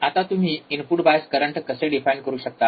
आता तुम्ही input bias current कसे डिफाइन करू शकता